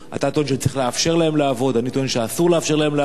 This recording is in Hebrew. אתה טוען שצריך לאפשר להם לעבוד,